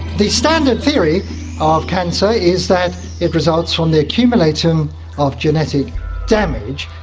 the standard theory of cancer is that it results from the accumulation of genetic damage,